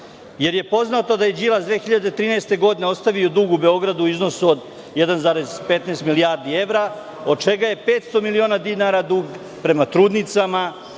jer je poznato da je Đilas 2013. godine ostavio dug u Beogradu u iznosu od 1,15 milijardi evra, od čega je 500 miliona dinara dug prema trudnicama,